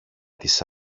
της